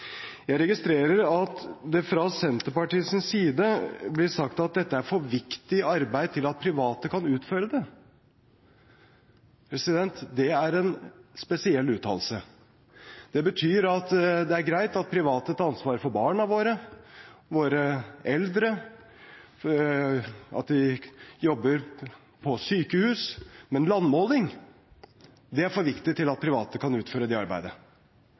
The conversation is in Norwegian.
Jeg registrerer at det fra Senterpartiets side blir sagt at dette er et for viktig arbeid til at private kan utføre det. Det er en spesiell uttalelse. Det betyr at det er greit at private tar ansvaret for barna våre, våre eldre og sykehus, men landmåling er for viktig til at private kan utføre det arbeidet.